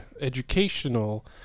educational